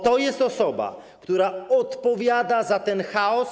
To jest osoba, która odpowiada za ten chaos.